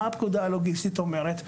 מה הפקודה הלוגיסטית אומרת?